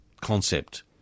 concept